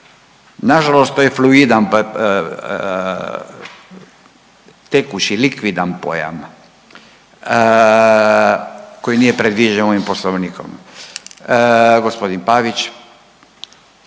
nažalost to je fluidan, tekući, likvidan pojam koji nije predviđen ovim poslovnikom. Gospodin Pavić.